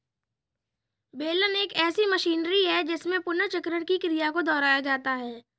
बेलन एक ऐसी मशीनरी है जिसमें पुनर्चक्रण की क्रिया को दोहराया जाता है